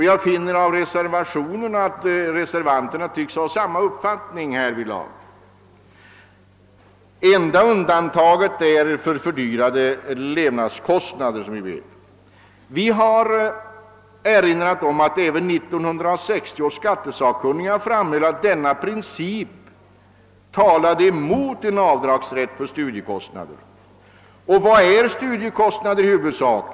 Jag finner att reservanterna tycks ha samma uppfattning härvidlag. Det enda undantaget gäller som alla vet fördyrade levnadskostnader. Vi har erinrat om att även 1960 års skattesakkunniga framhöll, att denna princip talade emot en avdragsrätt för studiekostnader. Och vad är studiekostnader i huvudsak?